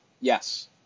Yes